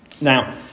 Now